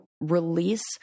release